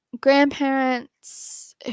grandparents